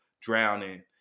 drowning